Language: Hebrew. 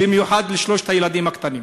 במיוחד לשלושת הילדים הקטנים.